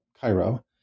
Cairo